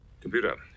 Computer